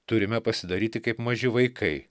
turime pasidaryti kaip maži vaikai